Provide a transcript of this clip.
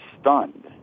stunned